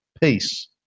peace